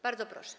Bardzo proszę.